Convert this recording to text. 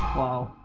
while